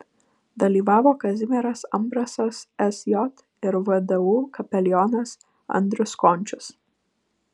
dalyvavo kazimieras ambrasas sj ir vdu kapelionas andrius končius